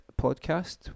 podcast